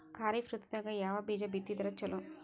ಖರೀಫ್ ಋತದಾಗ ಯಾವ ಬೀಜ ಬಿತ್ತದರ ಚಲೋ?